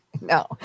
No